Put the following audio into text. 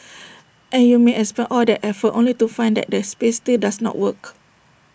and you may expend all that effort only to find that the space still does not work